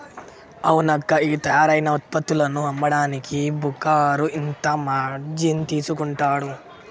అవునక్కా ఈ తయారైన ఉత్పత్తులను అమ్మడానికి బోకరు ఇంత మార్జిన్ తీసుకుంటాడు